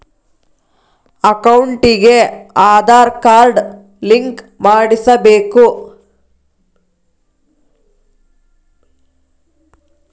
ಅಕೌಂಟಿಗೆ Aadhaar card link ಮಾಡಿಸಬೇಕು?